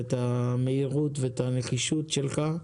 ואת המהירות ואת הנחישות שלך,